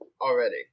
already